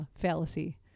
fallacy